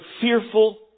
fearful